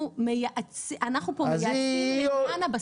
מטופל במובן שאנחנו פה מייעצים לעניין הבשר.